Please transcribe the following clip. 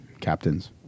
captains